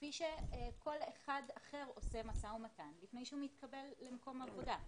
כפי שכל אחד אחר עושה משא ומתן לפני שהוא מתקבל למקום עבודה.